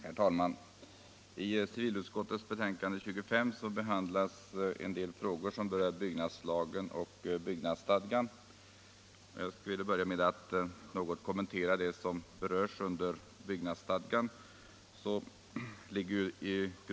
Herr talman! I civilutskottets betänkande nr 25 behandlas en del frågor med anknytning till byggnadslagen och byggnadsstadgan. Jag vill börja med att något kommentera det som berörs under rubriken Byggnadsstadgan.